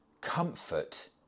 comfort